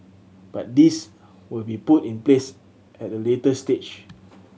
but these will be put in place at a later stage